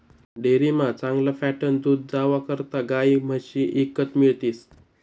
डेअरीमा चांगला फॅटनं दूध जावा करता गायी म्हशी ईकत मिळतीस